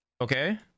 Okay